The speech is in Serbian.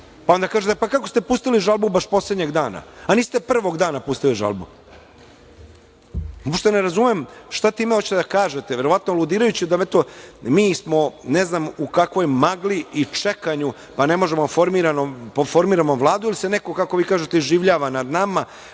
pa onda kažete – pa, kako ste pustili žalbu baš poslednjeg dana, a niste prvog? Uopšte ne razumem šta time hoćete da kažete, verovatno aludirajući da eto mi smo u ne znam kakvoj magli i čekanju, pa ne možemo da formiramo Vladu, jer se neko, kako vi kažete, iživljava nad nama,